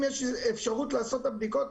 אם לספק יש אפשרות לעשות את הבדיקות,